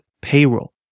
payroll